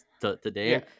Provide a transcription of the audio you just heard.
today